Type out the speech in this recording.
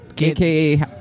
AKA